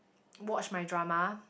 watch my drama